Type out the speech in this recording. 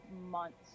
months